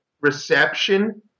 reception